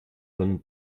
von